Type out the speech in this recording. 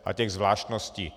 A těch zvláštností.